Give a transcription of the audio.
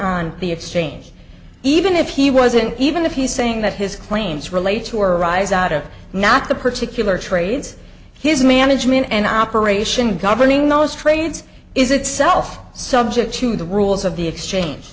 on the exchange even if he wasn't even if he's saying that his claims relate to arise out of not the particular trades his management and operation governing those trades is itself subject to the rules of the exchange